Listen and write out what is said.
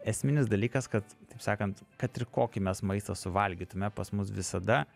esminis dalykas kad taip sakant kad ir kokį mes maistą suvalgytume pas mus visada